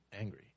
angry